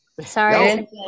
sorry